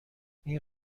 این